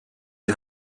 die